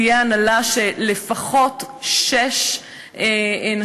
תהיה הנהלה שתהיינה בה לפחות שש נשים,